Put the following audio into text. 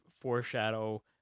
foreshadow